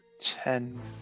Ten